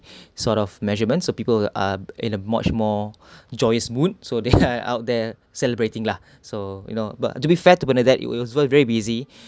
sort of measures so people are in a much more joyous mood so they are out there celebrating lah so you know but to be fair to bernadette it was very busy